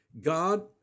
God